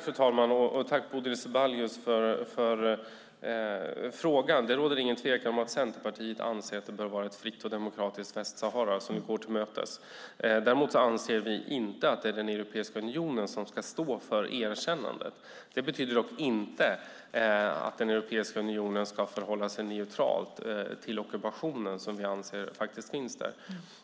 Fru talman! Tack för frågan, Bodil Ceballos! Det råder ingen tvekan om att Centerpartiet anser att det bör vara ett fritt och demokratiskt Västsahara som vi nu går till mötes. Däremot anser vi inte att det är Europeiska unionen som ska stå för erkännandet. Det betyder dock inte att Europeiska unionen ska förhålla sig neutral till ockupationen som vi anser finns där.